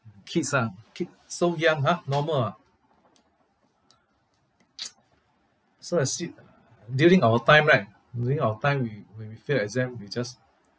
kids ah kid so young !huh! normal ah so extreme ah during our time right during our time we when we fail exam we just